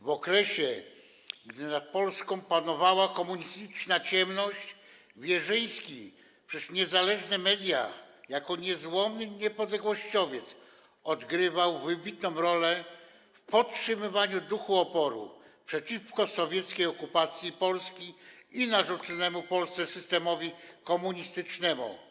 W okresie gdy nad Polską panowała komunistyczna ciemność, Wierzyński przez niezależne media jako niezłomny niepodległościowiec odgrywał wybitną rolę w podtrzymywaniu duchu oporu przeciwko sowieckiej okupacji Polski i narzuconemu Polsce systemowi komunistycznemu.